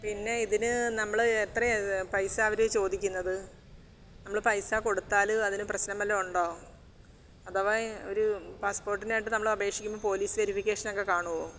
പിന്നെ ഇതിനു നമ്മള് എത്രയാ ഇത് പൈസ അവര് ചോദിക്കുന്നത് നമ്മള് പൈസ കൊടുത്താല് അതില് പ്രശ്നം വല്ലതും ഉണ്ടോ അഥവാ ഒരു പാസ്പോര്ട്ടിനായിട്ട് നമ്മള് അപേക്ഷിക്കുമ്പോള് പോലിസ് വേരിഫിക്കേഷനൊക്കെ കാണുമോ